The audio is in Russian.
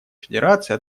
федерации